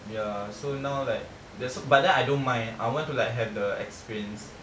ya so now like that's wh~ but then I don't mind I want to like have the experience